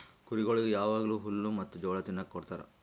ಕುರಿಗೊಳಿಗ್ ಯಾವಾಗ್ಲೂ ಹುಲ್ಲ ಮತ್ತ್ ಜೋಳ ತಿನುಕ್ ಕೊಡ್ತಾರ